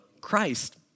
Christ